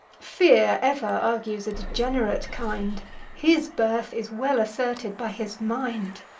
fear ever argues a degenerate kind his birth is well asserted by his mind.